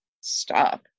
stop